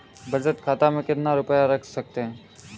बचत खाते में कितना रुपया रख सकते हैं?